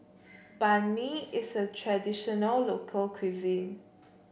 Banh Mi is a traditional local cuisine